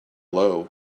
low